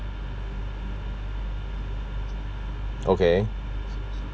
okay